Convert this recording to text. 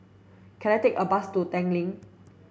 can I take a bus to Tanglin